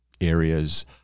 areas